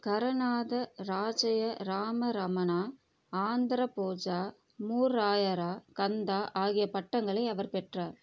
கரநாத ராஜ்ஜய ராம ரமணா ஆந்த்ர போஜா மூராயரா கந்தா ஆகிய பட்டங்களை அவர் பெற்றார்